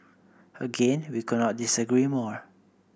again we could not disagree more